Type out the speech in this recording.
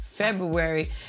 February